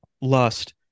lust